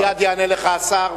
מייד יענה לך השר.